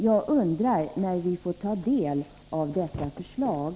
Jag undrar när vi får ta del av dessa förslag.